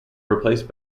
replaced